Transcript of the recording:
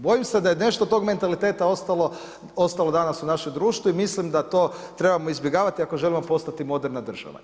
Bojim se da je nešto od tog mentaliteta ostalo danas u našem društvu i mislim da to trebamo izbjegavati ako želimo postati moderna država.